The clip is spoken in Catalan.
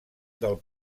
del